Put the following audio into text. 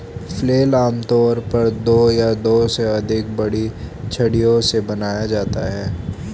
flail आमतौर पर दो या दो से अधिक बड़ी छड़ियों से बनाया जाता है